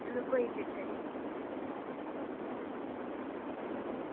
चलो कोई चक्कर निं